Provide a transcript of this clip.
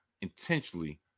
intentionally